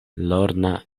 lorna